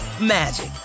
magic